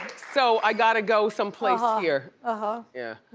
so i gotta go someplace ah here. ah yeah